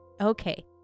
okay